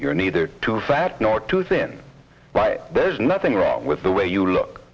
you're neither too fat nor too thin but there's nothing wrong with the way you look